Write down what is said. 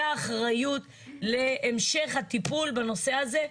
ואחריות להמשך הטיפול בנושא הזה.